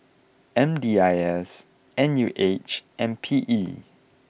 M D I S N U H and P E